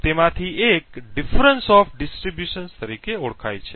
તેમાંથી એક difference of distribution તરીકે ઓળખાય છે